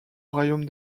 royaume